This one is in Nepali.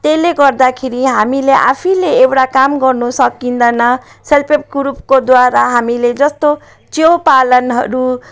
त्यसले गर्दाखेरि हामीलाई आफैले एउटा काम गर्नु सकिँदैन सेल्फहेल्प ग्रुपकोद्वारा हामीले जस्तो च्याउ पालनहरू